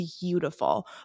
Beautiful